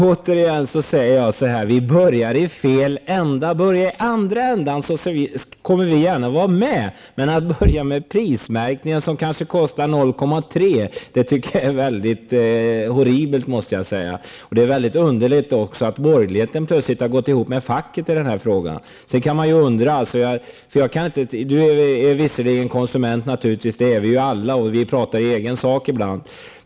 Fru talman! Jag säger återigen att det hela börjar i fel ände. Om man börjar i andra änden går vi i Ny Demokrati gärna med. Jag tycker att det är horribelt att börja med en prismärkning som bara utgör en kostnad på 0,3 %. Det är också underligt att borgerligheten plötsligt har gått ihop med facket i denna fråga. Per Stenmarck är naturligtvis konsument. Det är vi alla. Vi pratar alla ibland i egen sak.